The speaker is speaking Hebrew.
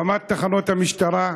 ברמת תחנות המשטרה,